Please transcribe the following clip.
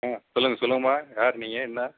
ஆ சொல்லுங்கள் சொல்லுங்கம்மா யார் நீங்கள் என்ன